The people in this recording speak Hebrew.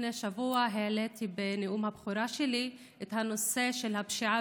לפני שבוע העליתי בנאום הבכורה שלי את הנושא של הפשיעה